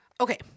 Okay